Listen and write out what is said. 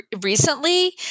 recently